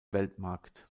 weltmarkt